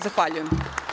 Zahvaljujem.